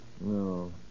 No